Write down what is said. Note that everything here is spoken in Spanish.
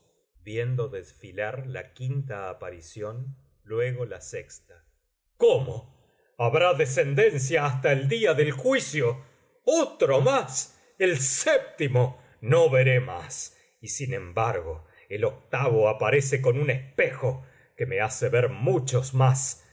viendo desfilar la quinta aparición luego la cómo habrá descendencia hasta el día del juicio otro más el séptimo no veré más y sin embargo el octavo aparece con un espejo que me hace ver muchos más